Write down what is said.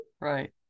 Right